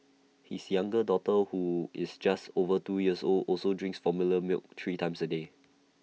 his younger daughter who is just over two years old also drinks formula milk three times A day